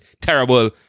Terrible